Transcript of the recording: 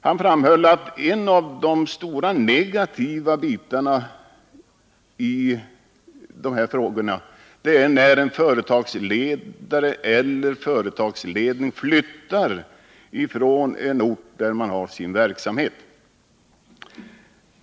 Han framhöll att en av de stora negativa bitarna i dessa frågor är när en företagsledare eller en företagsledning flyttar från en ort där man har sin verksamhet.